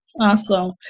awesome